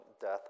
death